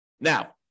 Now